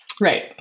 Right